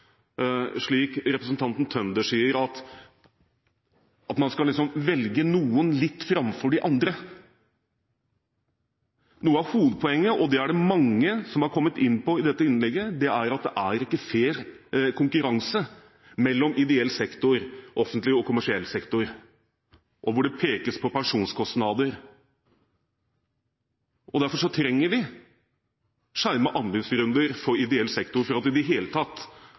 slik som representanten Tønder sier, at man skal velge noen litt framfor de andre. Noe av hovedpoenget, og det er det mange som har kommet inn på i denne debatten, er at det er ikke fair konkurranse mellom ideell sektor og offentlig og kommersiell sektor. Man peker på pensjonskostnader. Derfor trenger vi skjermede anbudsrunder for ideell sektor, for at den i det hele tatt